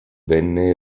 venne